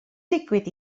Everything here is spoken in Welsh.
digwydd